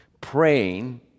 praying